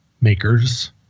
makers